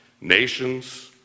Nations